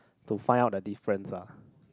to find out the difference lah